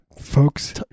folks